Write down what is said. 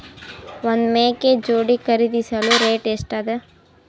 ಒಂದ್ ಮೇಕೆ ಜೋಡಿ ಖರಿದಿಸಲು ರೇಟ್ ಎಷ್ಟ ಅದ?